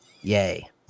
yay